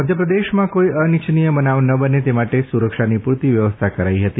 મધ્યપ્રદેશમાં કોઇ અનિચ્છનીય બનાવ ન બને તે માટે સુરક્ષાની પુરતી વ્યવસ્થા કરાઇ છે